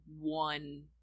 one